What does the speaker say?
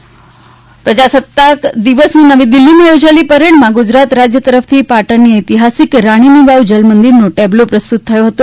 રાણીની વાવ રાષ્ટ્રના પ્રજાસત્તાક દિવસની નવી દિલ્હીમાં યોજાયેલી પરેડમાં ગુજરાત રાજ્ય તરફથી પાટણની એતિહાસિક રાણીની વાવ જલમંદિરનો ટેબ્લો પ્રસ્તુત થયો હતો